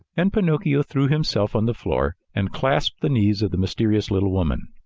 and pinocchio threw himself on the floor and clasped the knees of the mysterious little woman.